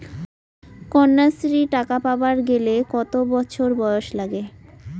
কন্যাশ্রী টাকা পাবার গেলে কতো বছর বয়স লাগে?